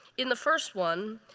in the first one,